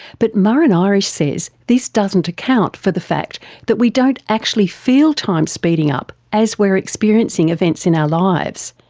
but muireann irish says this doesn't account for the fact that we don't actually feel time speeding up as we're experiencing events in our lives.